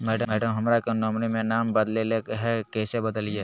madam, हमरा के nominee में नाम बदले के हैं, कैसे बदलिए